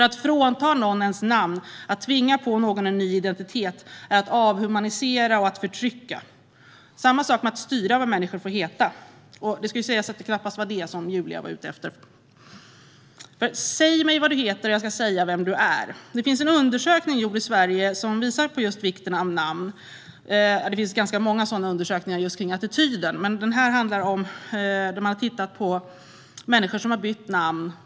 Att frånta någon hans eller hennes namn, att tvinga på någon en ny identitet, är att avhumanisera och att förtrycka. Detsamma gäller när man styr vad människor får heta. Det ska sägas att det knappast var det som Julia var ute efter. Säg mig vad du heter, och jag ska säga vem du är. Det finns många undersökningar om vikten av namn och människors attityder till namn. Men det finns en undersökning där man har tittat på människor som har bytt namn.